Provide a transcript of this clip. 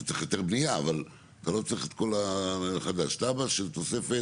אתה צריך היתר בניה אבל אתה לא צריך תב"ע של תוספת.